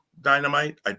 Dynamite